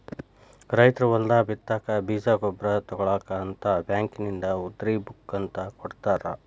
ರೈತರು ಹೊಲದಾಗ ಬಿತ್ತಾಕ ಬೇಜ ಗೊಬ್ಬರ ತುಗೋಳಾಕ ಅಂತ ಬ್ಯಾಂಕಿನಿಂದ ಉದ್ರಿ ಬುಕ್ ಅಂತ ಕೊಡತಾರ